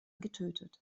getötet